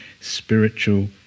spiritual